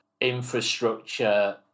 infrastructure